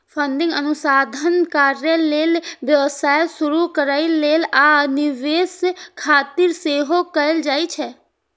funding अनुसंधान कार्य लेल, व्यवसाय शुरू करै लेल, आ निवेश खातिर सेहो कैल जाइ छै